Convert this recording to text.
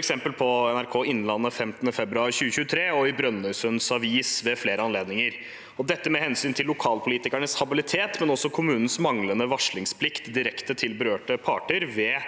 eksempel på NRK Innlandet 15. februar 2023 og i Brønnøysund Avis ved flere anledninger – dette med hensyn til lokalpolitikernes habilitet, men også kommunens manglende varslingsplikt direkte til berørte parter ved